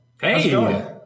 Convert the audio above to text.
Hey